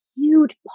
huge